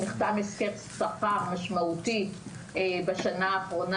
את הסכם השכר שנחתם בשנה האחרונה.